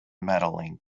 medaling